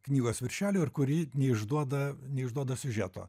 knygos viršelio ir kuri neišduoda neišduoda siužeto